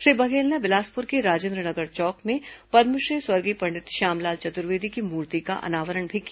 श्री बघेल ने बिलासपुर के राजेन्द्र नगर चौक में पद्मश्री स्वर्गीय पंडित श्यामलाल चतुर्वेदी की मूर्ति का अनावरण भी किया